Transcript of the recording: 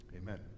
Amen